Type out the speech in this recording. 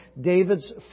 David's